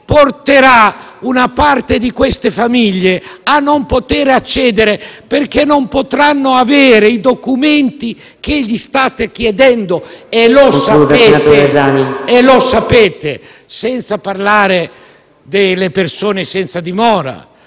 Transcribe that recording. porterà una parte di queste famiglie a non poter accedere al reddito perché non potranno avere i documenti che state chiedendo, e lo sapete. Per non parlare delle persone senza fissa